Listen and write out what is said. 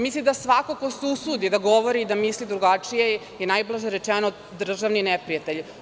Misli da svako ko se usudi da govori i da misli drugačije je, najblaže rečeno, državni neprijatelj.